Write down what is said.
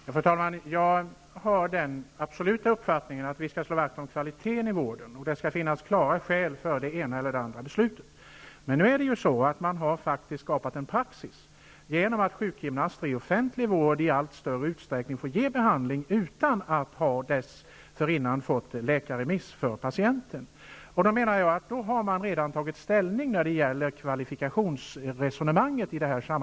Fru talman! Jag har den absoluta uppfattningen att vi skall slå vakt om kvaliteten inom vården, och det skall finnas klara skäl för det ena eller det andra beslutet. Men nu har det faktiskt skapats en praxis på så sätt att sjukgymnaster i offentlig vård i allt större utsträckning får ge behandling utan att dessförinnan ha fått läkarremiss för patienten. Då menar jag att man i detta sammanhang redan har tagit ställning beträffande kvalifikationsfrågan.